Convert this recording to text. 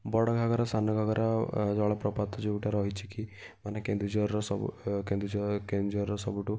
ବଡ଼ ଘାଗରା ସାନ ଘାଗରା ଜଳପ୍ରପାତ ଯେଉଁଟା ରହିଛି କି ମାନେ କେନ୍ଦୁଝରର ସବୁ କେନ୍ଦୁଝର କେନ୍ଦୁଝରର ସବୁଠୁ